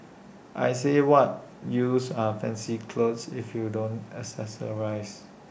I say what use are fancy clothes if you don't accessorise